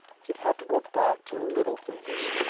he'd have to go back to little things,